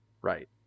Right